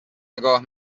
نگاه